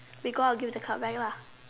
we go out give the card back lah